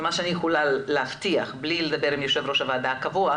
שמה שאני יכולה להבטיח בלי לדבר עם יו"ר הוועדה הקבוע,